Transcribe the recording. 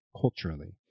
culturally